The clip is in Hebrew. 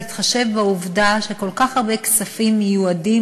בהתחשב בעובדה שכל כך הרבה כספים מיועדים